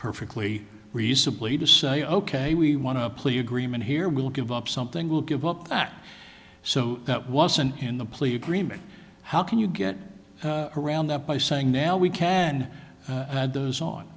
perfectly reasonably to say ok we want to plea agreement here we'll give up something will give well so that wasn't in the plea agreement how can you get around that by saying now we can add those on